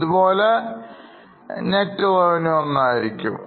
ഇതുപോലെ net revenue ഒന്നായിരിക്കും